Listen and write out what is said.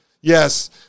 yes